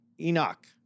Enoch